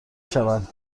شوند